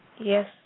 Yes